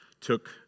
took